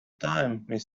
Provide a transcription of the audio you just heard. time